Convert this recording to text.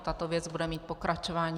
Tato věc bude mít pokračování.